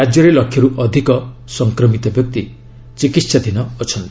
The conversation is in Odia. ରାଜ୍ୟରେ ଲକ୍ଷେରୁ ଅଧିକ ସଂକ୍ମିତ ବ୍ୟକ୍ତି ଚିକିହାଧୀନ ଅଛନ୍ତି